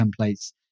templates